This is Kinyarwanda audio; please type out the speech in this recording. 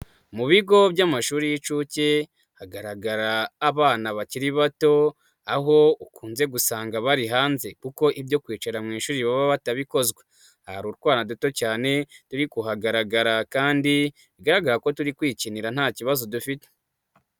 Mu bigo by'amashuri y'inshuke hagaragara abana bakiri bato aho ukunze gusanga bari hanze kuko ibyo kwicara mu ishuri baba batabikozwa. Hari utwana duto cyane turi kuhagaragara kandi bigaragara ko turi kwikinira nta kibazo dufite.